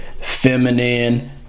feminine